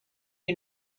you